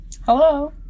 Hello